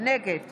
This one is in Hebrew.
נגד